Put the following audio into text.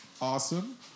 awesome